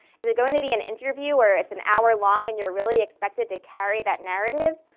is it going to be an interview or it's an hour long and you're really expected to carry that narrative?